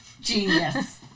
genius